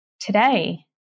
Today